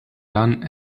lan